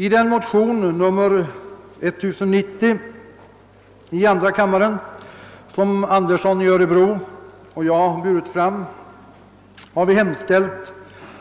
I motion, nr II: 1090, som herr Andersson i Örebro och jag burit fram, har vi hemställt